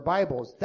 Bibles